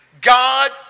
God